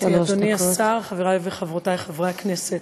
אדוני השר, חברי וחברותי חברי הכנסת,